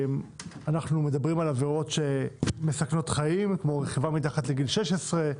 אנחנו מדברים על עבירות שמסכנות חיים כמו: רכיבה מתחת לגיל 16,